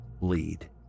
lead